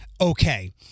okay